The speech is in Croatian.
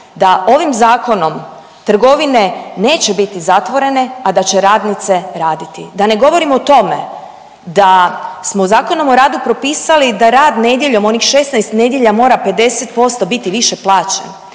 da ovim zakonom trgovine neće biti zatvorene, a da će radnice raditi? Da ne govorim o tome da smo Zakonom o radu propisali da rad nedjeljom, onih 16 nedjelja, mora 50% biti više plaćen,